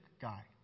guy